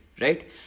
right